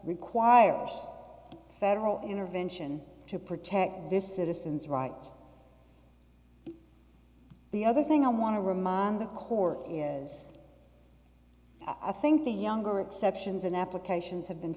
requires federal intervention to protect this citizen's rights the other thing i want to remind the court years i think the younger exceptions and applications have been